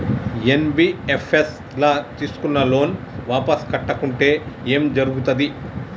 NBFS ల తీస్కున్న loan వాపస్ కట్టకుంటే ఏం జర్గుతది?